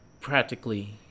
practically